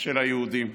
של היהודים.